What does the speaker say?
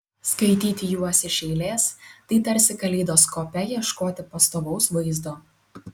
skaityti juos iš eilės tai tarsi kaleidoskope ieškoti pastovaus vaizdo